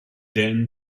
then